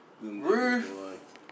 Roof